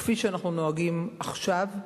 כפי שאנחנו נוהגים עכשיו.